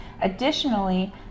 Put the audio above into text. Additionally